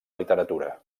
literatura